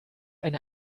eine